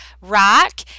rock